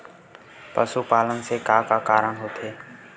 पशुपालन से का का कारण होथे?